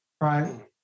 right